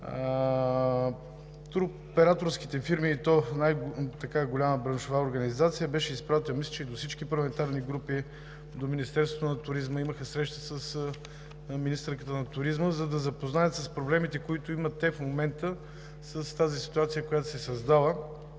Туроператорските фирми, и то в най-голямата браншова организация, беше изпратено мисля, че до всички парламентарни групи, до Министерството на туризма, имаха срещи с министърката на туризма, за да запознаят с проблемите, които имат те в момента с тази ситуация, която се създава